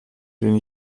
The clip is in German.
den